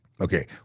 Okay